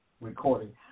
recording